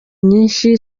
nyinshi